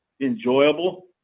enjoyable